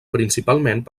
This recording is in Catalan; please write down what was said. principalment